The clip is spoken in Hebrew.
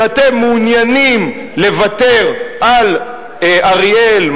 שאתם מעוניינים לוותר על אריאל,